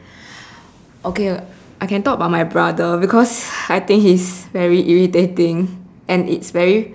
okay I can talk about my brother because I think he is very irritating and it's very